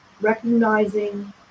recognizing